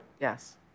Yes